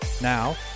Now